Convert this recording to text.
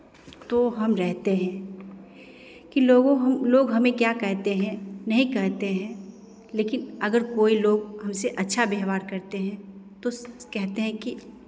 तो हम रहते हैं कि लोगों हम लोग हमें क्या कहते हैं नहीं कहते हैं लेकिन अगर कोई लोग हमसे अच्छा व्यवहार करते हैं तो कहते हैं कि